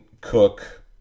Cook